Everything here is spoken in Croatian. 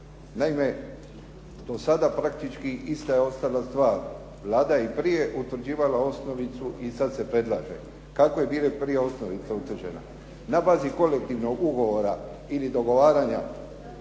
Naime, do sada praktički ista je ostala stvar. Vlada je i prije utvrđivala osnovicu i sad se predlaže. Kako je bila prije osnovica utvrđena? Na bazi kolektivnog ugovora ili dogovaranja